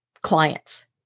clients